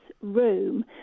room